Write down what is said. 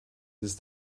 ist